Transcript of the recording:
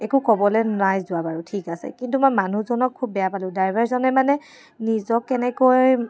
একো ক'বলৈ নাই যোৱা বাৰু ঠিক আছে কিন্তু মই মানুহজনক খুব বেয়া পালোঁ ড্ৰাইভাৰজনে মানে নিজক কেনেকৈ